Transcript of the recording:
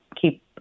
keep